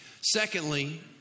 Secondly